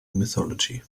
mythology